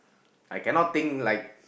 I cannot think like